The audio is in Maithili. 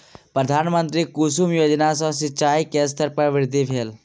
प्रधानमंत्री कुसुम योजना सॅ सिचाई के स्तर में वृद्धि भेल